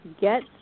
get